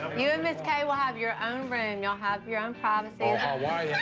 you and miss kay will have your own room. y'all have your own privacy. oh, hawaii.